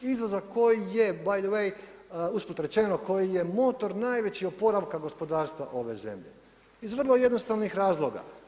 Izvoz koji je btw usput rečeno, koji je motor najveći oporavka gospodarstva ove zemlje iz vrlo jednostavnih razloga.